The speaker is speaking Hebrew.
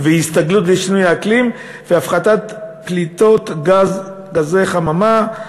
וההסתגלות לשינוי אקלים והפחתת פליטות גזי חממה.